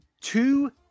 two